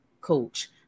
coach